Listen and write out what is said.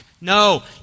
No